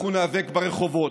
אנחנו ניאבק ברחובות,